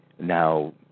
Now